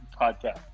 podcast